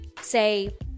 say